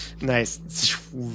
Nice